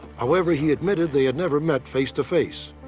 however, he admitted they had never met face to face.